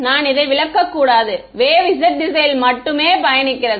நான் இதை விளக்கக்கூடாது வேவ் z திசையில் மட்டுமே பயணிக்கிறது